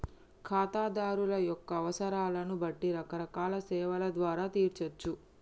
ఖాతాదారుల యొక్క అవసరాలను బట్టి రకరకాల సేవల ద్వారా తీర్చచ్చు